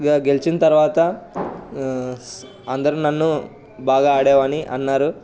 అలా గెలిచిన తర్వాత అందరూ నన్ను బాగా ఆడావని అన్నారు